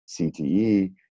CTE